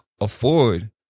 afford